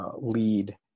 lead